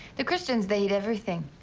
the christians they eat everything.